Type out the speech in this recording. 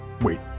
Wait